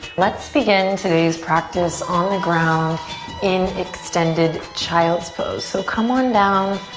let's begin today's practice on the ground in extended child's pose. so come on down.